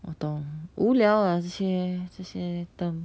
我懂无聊啦这些这些 term